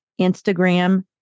Instagram